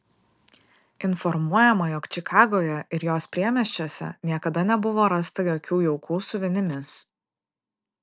informuojama jog čikagoje ir jos priemiesčiuose niekada nebuvo rasta jokių jaukų su vinimis